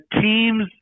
teams